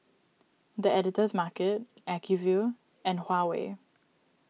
the Editor's Market Acuvue and Huawei